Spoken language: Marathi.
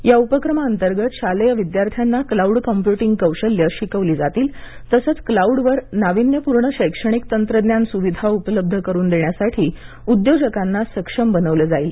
या उपक्रमाअंतर्गत शालेय विद्यार्थ्यांना क्लाऊड कॉम्पयूटिंग कौशल्यं शिकवली जातील तसंच क्लाऊड वर नावीन्यपूर्ण शैक्षणिक तंत्रज्ञान सुविधा उपलब्ध करून देण्यासाठी उद्योजकांना सक्षम बनवलं जाईल